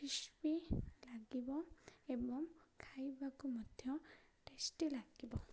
crispy ଲାଗିବ ଏବଂ ଖାଇବାକୁ ମଧ୍ୟ ଟେଷ୍ଟି ଲାଗିବ